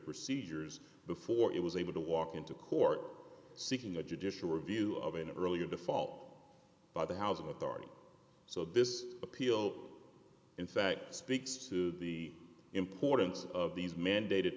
procedures before it was able to walk into court seeking a judicial review of an earlier default by the housing authority so this appeal in fact speaks to the importance of these mandated